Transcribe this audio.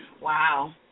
Wow